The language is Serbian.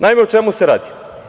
Naime, o čemu se radi?